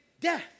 death